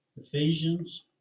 Ephesians